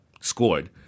scored